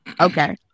Okay